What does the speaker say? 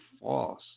false